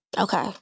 Okay